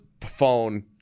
phone